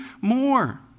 more